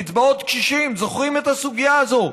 קשישים, קצבאות קשישים, זוכרים את הסוגיה הזאת?